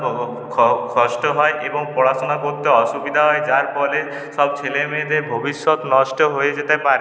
কষ্ট হয় এবং পড়াশোনা করতে অসুবিধা হয় যার ফলে সব ছেলেমেয়েদের ভবিষ্যৎ নষ্ট হয়ে যেতে পারে